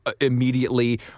immediately